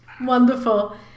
wonderful